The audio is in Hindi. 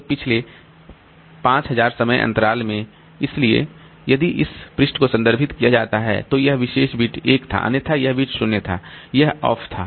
तो पिछले 5 000 समय अंतराल में इसलिए यदि इस पृष्ठ को संदर्भित किया जाता है तो यह विशेष बिट 1 था अन्यथा यह बिट 0 था यह ऑफ था